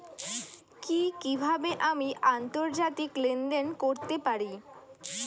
কি কিভাবে আমি আন্তর্জাতিক লেনদেন করতে পারি?